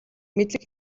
мэдлэг